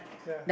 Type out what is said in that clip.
ya